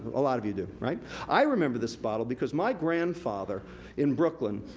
a lot of you do. i remember this bottle, because my grandfather in brooklyn,